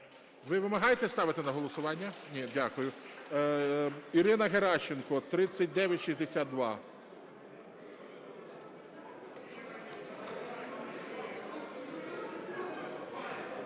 Ви вимагаєте ставити на голосування? Ні. Дякую. Ірина Геращенко, 3962.